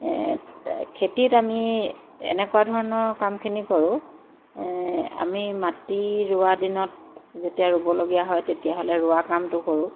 খেতিত আমি এনেকুৱা ধৰণৰ কামখিনি কৰোঁ আমি মাটি ৰোৱা দিনত যেতিয়া ৰুবলগীয়া হয় তেতিয়াহ'লে ৰোৱা কামটো কৰোঁ